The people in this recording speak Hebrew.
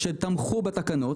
שתמכו בתקנות.